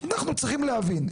אנחנו צריכים להבין,